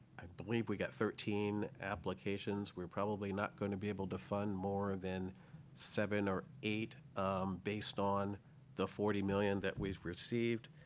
i believe we got thirteen applications. we're probably not going to be able to fund more than seven or eight based on the forty million dollars that we've received.